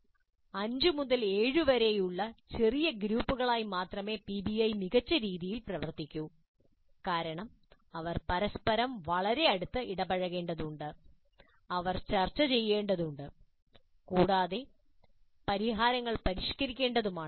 5 മുതൽ 7 വരെയുള്ള ചെറിയ ഗ്രൂപ്പുകളുമായി മാത്രമേ പിബിഐ മികച്ച രീതിയിൽ പ്രവർത്തിക്കൂ കാരണം അവർ പരസ്പരം വളരെ അടുത്ത് ഇടപഴകേണ്ടതുണ്ട് അവർ ചർച്ചചെയ്യേണ്ടതുണ്ട് കൂടാതെ പരിഹാരങ്ങൾ പരിഷ്കരിക്കേണ്ടതുമാണ്